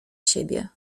siebie